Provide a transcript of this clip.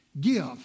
Give